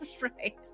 Right